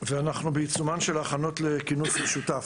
ברזיל ואנחנו בעיצומן של הכנות לכינוס משותף.